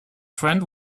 friend